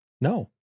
No